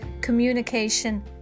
communication